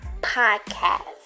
podcast